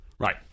Right